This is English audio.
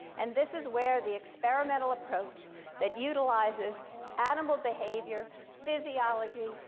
and this is where the experimental approach that utilizes animal behavior, physiology,